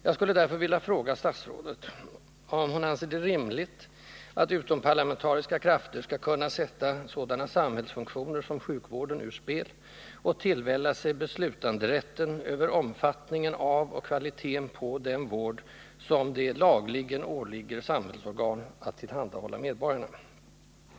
Jag skulle därför vilja fråga statsrådet om hon anser det rimligt att utomparlamentariska krafter skall kunna sätta sådana samhällsfunktioner som sjukvården ur spel och tillvälla sig beslutanderätten över omfattningen av och kvaliteten på den vård som det lagligen åligger samhällsorganen att tillhandahålla medborgarna?